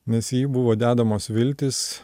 nes į jį buvo dedamos viltys